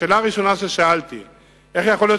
השאלה הראשונה ששאלתי היא: איך יכול להיות